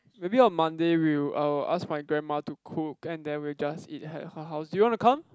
maybe on Monday we'll I'll ask my grandma to cook and then we'll just eat at her house do you want to come